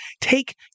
take